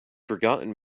forgotten